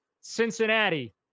Cincinnati